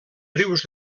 rius